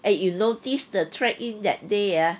eh you notice the track in that day ah